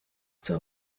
zur